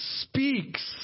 speaks